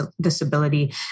disability